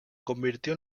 convirtió